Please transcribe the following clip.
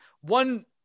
one